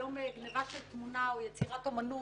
היום גניבה של תמונה או יצירת אומנות,